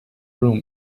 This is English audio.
room